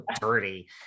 dirty